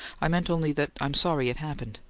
i meant only that i'm sorry it happened.